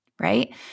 right